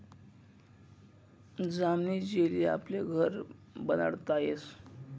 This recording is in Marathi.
जामनी जेली आपले घर बनाडता यस